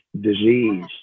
disease